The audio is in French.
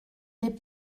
des